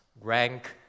rank